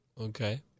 okay